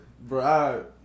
Bro